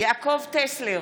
יעקב טסלר,